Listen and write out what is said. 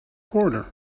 corner